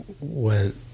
went